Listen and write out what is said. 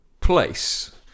place